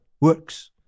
works